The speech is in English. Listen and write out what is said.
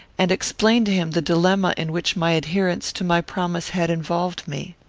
and explain to him the dilemma in which my adherence to my promise had involved me.